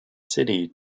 city